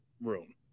room